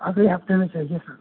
अगले हफ़्ते में चाहिए सब